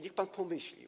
Niech pan pomyśli.